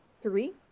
three